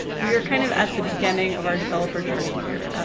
we are kind of at the beginning of our developer journey here.